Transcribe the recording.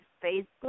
Facebook